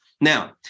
Now